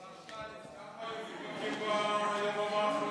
השר שטייניץ, כמה נדבקים ביממה האחרונה?